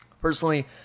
Personally